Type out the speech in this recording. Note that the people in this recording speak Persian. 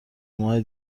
ماه